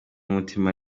umutima